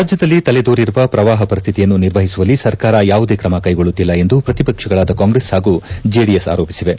ರಾಜ್ಯದಲ್ಲಿ ತಲೆದೋರಿರುವ ಪ್ರವಾಪ ಪರಿಸ್ತಿತಿಯನ್ನು ನಿರ್ವಹಿಸುವಲ್ಲಿ ಸರ್ಕಾರ ಯಾವುದೇ ತ್ರಮ ಕೈಗೊಳ್ಳುತ್ತಿಲ್ಲ ಎಂದು ಪ್ರತಿಪಕ್ಷಗಳಾದ ಕಾಂಗ್ರೆಸ್ ಹಾಗೂ ಜೆಡಿಎಸ್ ಆರೋಪಿಸಿವೆ